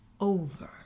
Over